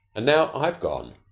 and now i've gone.